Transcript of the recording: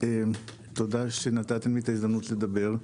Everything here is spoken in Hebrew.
תודה שנתתם לי הזדמנות לדבר.